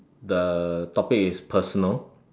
the topic is personal